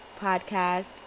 podcast